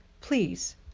Please